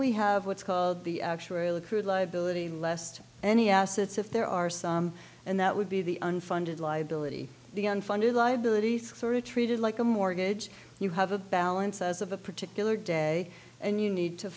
we have what's called the actuarial accrued liability lest any assets if there are some and that would be the unfunded liability the unfunded liability sort of treated like a mortgage you have a balance as of a particular day and you need to